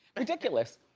ridiculous.